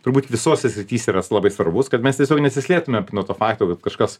turbūt visose srityse yra labai svarbus kad mes tiesiog nesislėptume nuo to fakto kad kažkas